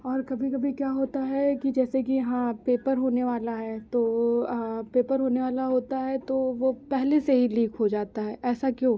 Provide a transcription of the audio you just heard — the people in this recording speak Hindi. और कभी कभी क्या होता है कि जैसे कि हाँ पेपर होने वाला है तो पेपर होने वाला होता है तो वो पहले से ही लीक हो जाता है ऐसा क्यों